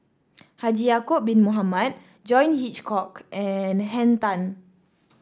Haji Ya'acob Bin Mohamed John Hitchcock and Henn Tan